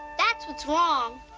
that's what's wrong.